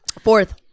fourth